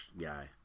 guy